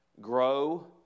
grow